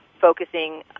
focusing